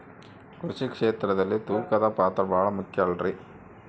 ಕೃಷಿ ಕ್ಷೇತ್ರದಲ್ಲಿ ತೂಕದ ಪಾತ್ರ ಬಹಳ ಮುಖ್ಯ ಅಲ್ರಿ?